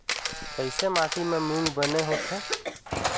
कइसे माटी म मूंग बने होथे?